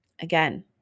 Again